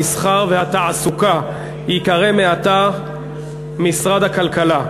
המסחר והתעסוקה ייקרא מעתה משרד הכלכלה,